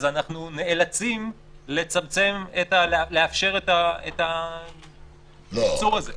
אז אנחנו נאלצים לצמצם, לאפשר את הייצור הזה.